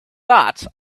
that